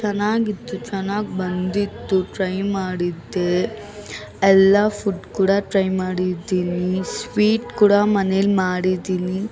ಚೆನಾಗಿತ್ತು ಚೆನ್ನಾಗಿ ಬಂದಿತ್ತು ಟ್ರೈ ಮಾಡಿದ್ದೆ ಎಲ್ಲ ಫುಡ್ ಕೂಡ ಟ್ರೈ ಮಾಡಿದ್ದೀನಿ ಸ್ವೀಟ್ ಕೂಡ ಮನೆಲ್ಲಿ ಮಾಡಿದ್ದೀನಿ